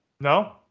No